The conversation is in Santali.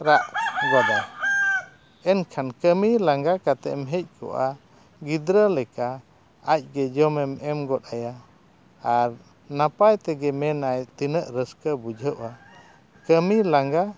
ᱨᱟᱜ ᱜᱚᱫᱟ ᱮᱱᱠᱷᱟᱱ ᱠᱟᱹᱢᱤ ᱞᱟᱸᱜᱟ ᱠᱟᱛᱮᱫᱮᱢ ᱦᱮᱡ ᱠᱚᱜᱼᱟ ᱜᱤᱫᱽᱨᱟᱹ ᱞᱮᱠᱟ ᱟᱡ ᱜᱮ ᱡᱚᱢᱮᱢ ᱮᱢ ᱜᱚᱫ ᱟᱭᱟ ᱟᱨ ᱱᱟᱯᱟᱭ ᱛᱮᱜᱮ ᱢᱮᱱᱟᱭ ᱛᱤᱱᱟᱹᱜ ᱨᱟᱹᱥᱠᱟᱹ ᱵᱩᱡᱷᱟᱹᱜᱼᱟ ᱠᱟᱹᱢᱤ ᱞᱟᱸᱜᱟ